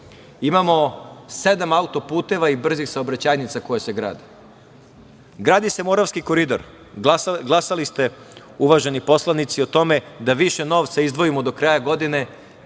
imamo sedam autoputeva i brzih saobraćajnica koje se grade. Gradi se Moravski koridor, glasali ste uvaženi poslanici o tome da više novca izdvojimo do kraja godine,